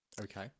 Okay